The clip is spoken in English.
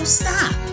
stop